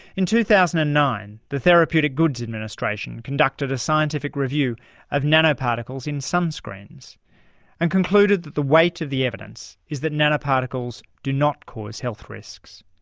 in two thousand and nine the therapeutic goods administration conducted a scientific review of nanoparticles in sunscreens and concluded that the weight of the evidence is that nanoparticles do not cause health risks.